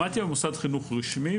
המתי"א הוא מוסד חינוך רשמי,